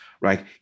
right